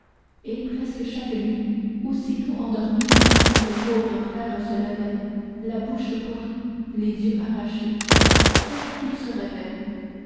et presque chaque nuit aussitôt endormi le pauvre frère se levait la bouche pourrie les yeux arrachés tel qu'il se